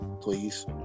please